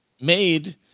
made